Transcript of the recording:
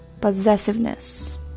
possessiveness